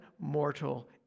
mortal